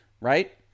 right